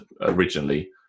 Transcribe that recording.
originally